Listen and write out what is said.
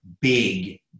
big